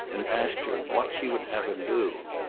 and asked her what she would have him do.